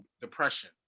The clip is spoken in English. depression